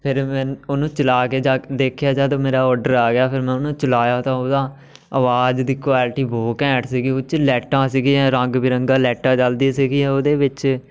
ਫਿਰ ਮੈਂ ਉਹਨੂੰ ਚਲਾ ਕੇ ਜਾ ਕੇ ਦੇਖਿਆ ਜਦ ਮੇਰਾ ਔਡਰ ਆ ਗਿਆ ਫਿਰ ਮੈਂ ਉਹਨੂੰ ਚਲਾਇਆ ਤਾਂ ਉਹਦਾ ਆਵਾਜ਼ ਦੀ ਕੁਆਲਿਟੀ ਬਹੁਤ ਘੈਂਟ ਸੀਗੀ ਉਹ 'ਚ ਲਾਇਟਾਂ ਸੀਗੀਆਂ ਰੰਗ ਬਿਰੰਗਾ ਲਾਇਟਾਂ ਚਲਦੀ ਸੀਗੀਆਂ ਉਹਦੇ ਵਿੱਚ